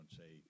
say